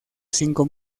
cinco